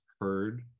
heard